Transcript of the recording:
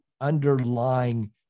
underlying